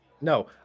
No